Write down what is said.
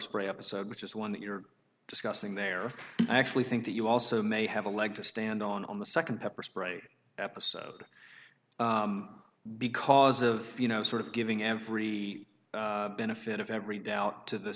spray episode which is one that you're discussing there actually think that you also may have a leg to stand on on the second pepper spray episode because of you know sort of giving every benefit of every doubt to the